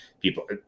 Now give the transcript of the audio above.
people